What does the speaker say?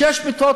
שש מיטות,